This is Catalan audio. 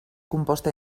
composta